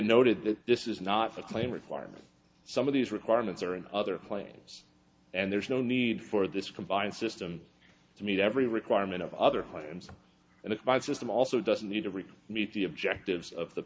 noted that this is not a claim requirement some of these requirements are in other plans and there's no need for this combined system to meet every requirement of other homes and it by the system also doesn't need to recruit meet the objectives of the